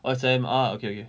orh S_I_M ah okay okay